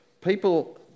People